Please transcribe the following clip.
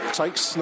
takes